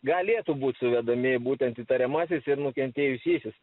galėtų būt suvedami būtent įtariamasis ir nukentėjusysis